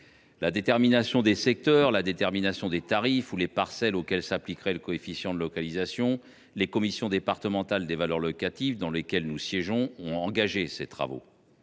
la détermination des secteurs, des tarifs, ou des parcelles auxquelles s’appliquerait le coefficient de localisation, les commissions départementales des valeurs locatives, dans lesquelles nous siégeons, ont déjà engagé ces travaux.